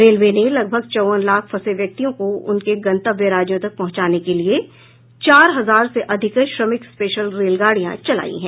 railway ने लगभग चौवन लाख फंसे व्यक्तियों को उनके गंतव्य राज्यों तक पहुँचाने के लिए चार हजार से अधिक श्रमिक स्पेशल रेलगाड़ियां चलाई हैं